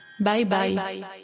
Bye-bye